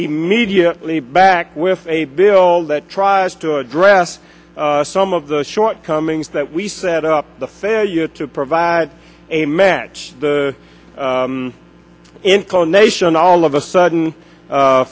immediately back with a bill that tries to address some of the shortcomings that we set up the failure to provide a match in call nation all of a sudden